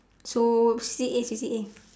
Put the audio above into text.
so C A C_C_A